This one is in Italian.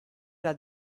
alla